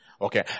Okay